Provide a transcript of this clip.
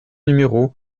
numéro